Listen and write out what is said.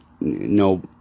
no